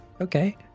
Okay